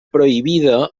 prohibida